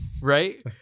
right